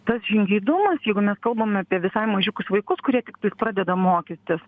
tas žingeidumas jeigu mes kalbam apie visai mažiukus vaikus kurie tiktais pradeda mokytis